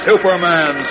Superman